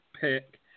pick